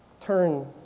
turn